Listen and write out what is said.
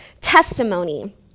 testimony